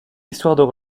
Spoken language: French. histoires